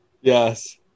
Yes